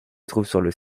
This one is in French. trouvent